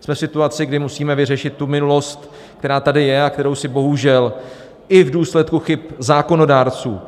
Jsme v situaci, kdy musíme vyřešit minulost, která tady je a která je bohužel i v důsledku chyb zákonodárců